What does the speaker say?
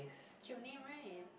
cute name right